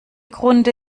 grunde